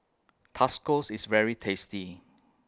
Tascos IS very tasty